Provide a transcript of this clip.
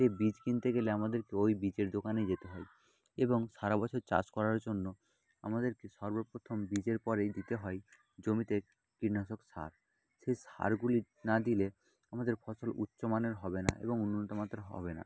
সেই বীজ কিনতে গেলে আমাদেরকেও ওই বীজের দোকানে যেতে হয় এবং সারা বছর চাষ করার জন্য আমাদেরকে সর্ব প্রথম বীজের পরেই দিতে হয় জমিতে কীটনাশক সার সেই সারগুলি না দিলে আমাদের ফসল উচ্চ মানের হবে না এবং উন্নত মাতের হবে না